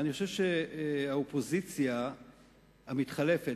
אני חושב שהאופוזיציה המתחלפת,